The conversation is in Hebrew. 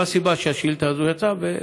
זאת הסיבה שהשאילתה הזאת יצאה,